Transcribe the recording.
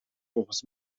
volgens